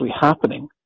happening